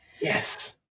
Yes